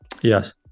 Yes